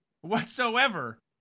whatsoever